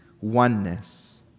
oneness